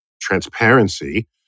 transparency